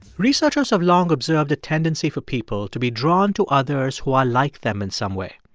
researchers have long observed a tendency for people to be drawn to others who are like them in some way.